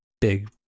big